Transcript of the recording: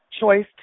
choice